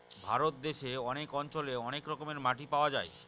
ভারত দেশে অনেক অঞ্চলে অনেক রকমের মাটি পাওয়া যায়